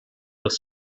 was